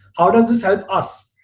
how does this help us?